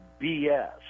BS